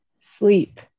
sleep